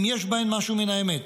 אם יש בהן משהו מן האמת,